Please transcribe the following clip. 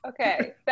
Okay